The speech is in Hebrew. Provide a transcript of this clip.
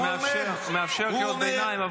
אני מאפשר קריאות ביניים,